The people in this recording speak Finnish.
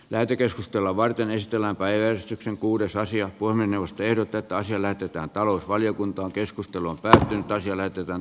lähetekeskustelua varten ystävänpäiväystyksen kuudessa asia voi mennä ehdotetaan sillä tytön talousvaliokuntaa keskustelun pelätyn toisi löytyvän